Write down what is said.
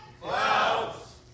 Clouds